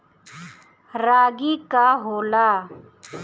रागी का होला?